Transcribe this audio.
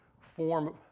form